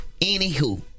anywho